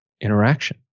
interaction